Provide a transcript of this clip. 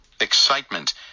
Excitement